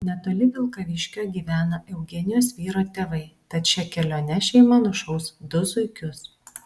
netoli vilkaviškio gyvena eugenijos vyro tėvai tad šia kelione šeima nušaus du zuikius